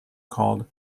called